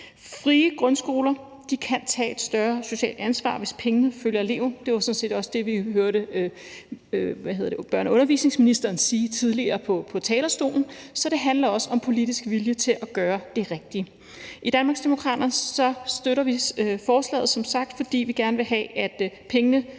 Frie grundskoler kan tage et større socialt ansvar, hvis pengene følger eleven. Det var sådan set også det, vi hørte børne- og undervisningsministeren sige tidligere på talerstolen, så det handler også om politisk vilje til at gøre det rigtige. I Danmarksdemokraterne støtter vi som sagt forslaget, fordi vi gerne vil have, at pengene